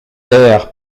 air